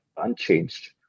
unchanged